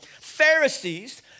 Pharisees